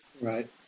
Right